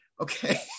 Okay